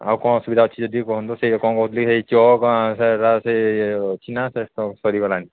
ଆଉ କ'ଣ ଅୁସୁବିଧା ଅଛି ଯଦି କୁହନ୍ତୁ ସେଇ କ'ଣ କହୁଥିଲି ସେଇ ଚକ୍ ସେଟା ସେ ଅଛି ନା ସେ ସରିଗଲାଣି